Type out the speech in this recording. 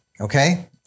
Okay